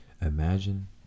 imagine